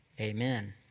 Amen